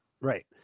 Right